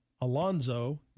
Alonzo